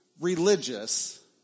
religious